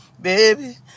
baby